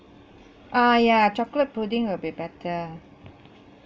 ah ya chocolate pudding would be better